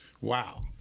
Wow